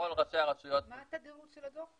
כל ראשי הרשויות --- מה התדירות של הדוח,